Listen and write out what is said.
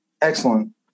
Excellent